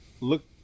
look